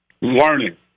learning